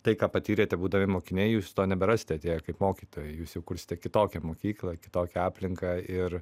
tai ką patyrėte būdami mokiniai jūs to neberasite atėję kaip mokytojai jūs jau kursite kitokią mokyklą kitokią aplinką ir